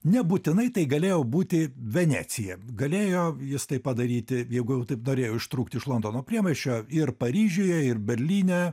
nebūtinai tai galėjo būti venecija galėjo jis tai padaryti jeigu jau taip norėjo ištrūkt iš londono priemiesčio ir paryžiuje ir berlyne